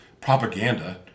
propaganda